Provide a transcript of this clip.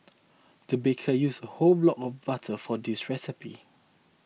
the baker used a whole block of butter for this recipe